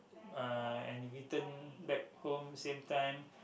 uh and return back home same time